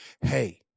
Hey